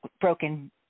broken